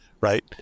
Right